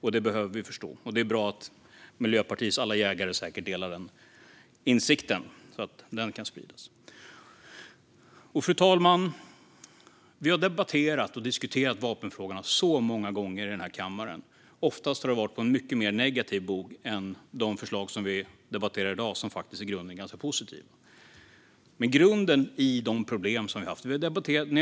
Det är bra att Miljöpartiets alla jägare säkert delar denna insikt så att den kan spridas. Fru talman! Vi har debatterat och diskuterat vapenfrågorna så många gånger i denna kammare. Ofta har debatten varit mer negativ än den är i dag när vi faktiskt är ganska positiva till dessa förslag.